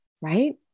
right